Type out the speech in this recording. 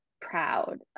proud